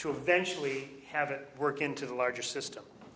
to eventually have it work into the larger system